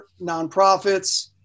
nonprofits